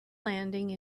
landing